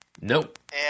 Nope